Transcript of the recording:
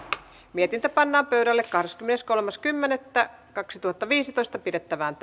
mietintö pannaan pöydälle kahdeskymmeneskolmas kymmenettä kaksituhattaviisitoista pidettävään